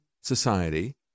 society